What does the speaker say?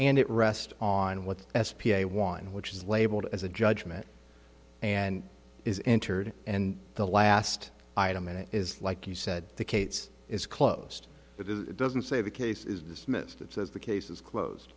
and it rests on what the s p a one which is labeled as a judgment and is entered and the last item in it is like you said the cates is closed but it doesn't say the case is dismissed it says the case is clo